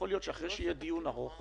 יכול להיות שאחרי שיהיה דיון ארוך